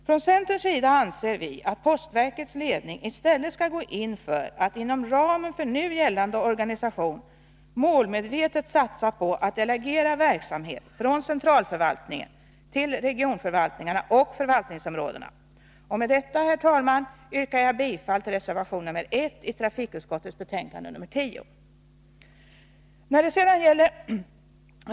Från centerns sida anser vi att postverkets ledning i stället skall gå in för att inom ramen för nu gällande organisation målmedvetet satsa på att delegera verksamhet från centralförvaltningen till regionförvaltningarna och förvaltningsområdena. Med detta, herr talman, yrkar jag bifall till reservation nr 1 i trafikutskottets betänkande nr 10.